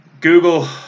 Google